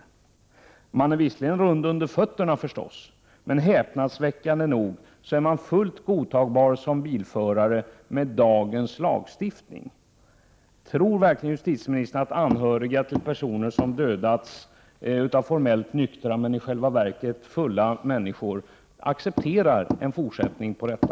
Man är rund under fötterna, förstås, men häpnadsväckande nog är man fullt godtagbar som bilförare, med dagens lagstiftning. Tror verkligen 4 justitieministern att anhöriga till personer som dödas av formellt nyktra men i själva verket fulla människor accepterar en fortsättning på detta?